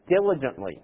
diligently